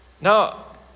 Now